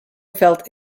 felt